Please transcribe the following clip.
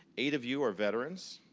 eight of you are veterans,